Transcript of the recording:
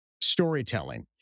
storytelling